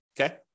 Okay